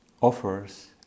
offers